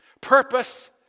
purpose